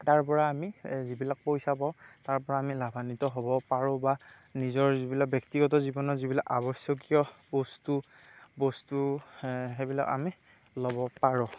তাৰ পৰা আমি এই যিবিলাক পইচা পাওঁ তাৰ পৰা আমি লাভৱান্বিত হ'ব পাৰোঁ বা নিজৰ যিবিলাক ব্যক্তিগত জীৱনত যিবিলাক আৱশ্যকীয় বস্তু বস্তু সেইবিলাক আমি ল'ব পাৰোঁ